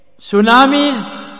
tsunamis